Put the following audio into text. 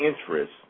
interest